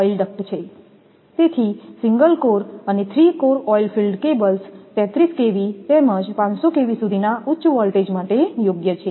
તેથી single core અને three core oil field cables 33 kV તેમજ 500 kV સુધીના ઉચ્ચ વોલ્ટેજ માટે યોગ્ય છે